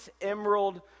emerald